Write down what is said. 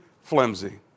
flimsy